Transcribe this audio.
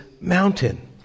mountain